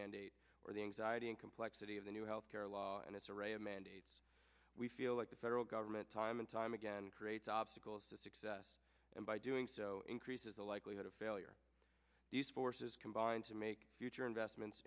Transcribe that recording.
mandate or the anxiety and complexity of the new health care law and its array of mandates we feel like the federal government time and time again creates obstacles to success and by doing so increases the likelihood of failure these forces combined to make future investments